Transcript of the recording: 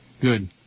Good